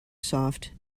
soft